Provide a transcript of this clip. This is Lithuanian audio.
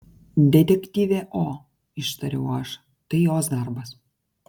detektyvė o ištariau aš tai jos darbas